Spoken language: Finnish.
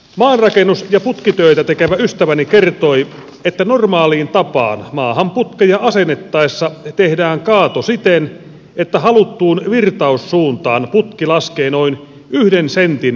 maanrakennus ja putkitöitä tekevä ystäväni kertoi että normaaliin tapaan maahan putkia asetettaessa tehdään kaato siten että haluttuun virtaussuuntaan putki laskee metrin matkalla noin yhden sentin